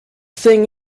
thing